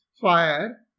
Fire